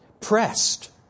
pressed